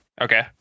Okay